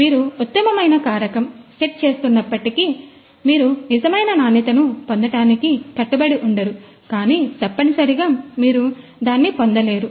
మీరు ఉత్తమమైన కారకం సెట్ చేస్తున్నప్పటికీ మీరు నిజమైన నాణ్యతను పొందటానికి కట్టుబడి ఉండరు కానీ తప్పనిసరిగా మీరు దాన్ని పొందలేరు